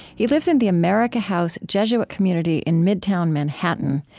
he lives in the america house jesuit community in midtown manhattan.